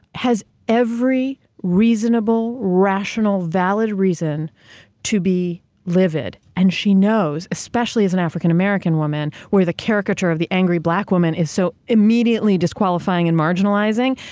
has every reasonable, rational, valid reason to be livid. and she knows, especially as an african-american woman, where the caricature of the angry black woman is so immediately disqualifying and marginalizing,